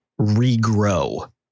regrow